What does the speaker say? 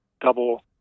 double